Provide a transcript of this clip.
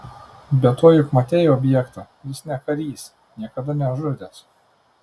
be to juk matei objektą jis ne karys niekada nežudęs